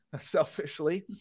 selfishly